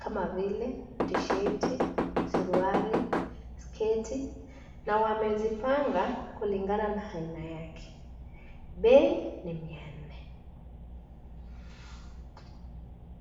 kama vile (cs)t-shirt (cs),suruali, sketi na wamezipanga kulingana na aina yake. Bei ni mia nne.